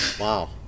Wow